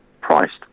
priced